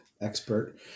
expert